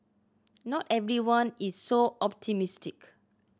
not everyone is so optimistic